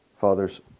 father's